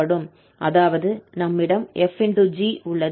அதாவது நம்மிடம் 𝑓 ∗ 𝑔 உள்ளது